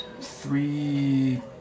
three